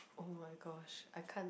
oh-my-gosh I can't